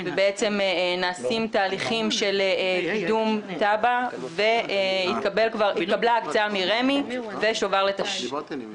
נעשים תהליכים של קידום תב"ע והתקבלה כבר הקצאה מרמ"י ושובר לתשלום.